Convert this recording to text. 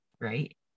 right